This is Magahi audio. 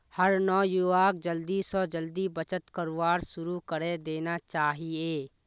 हर नवयुवाक जल्दी स जल्दी बचत करवार शुरू करे देना चाहिए